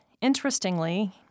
interestingly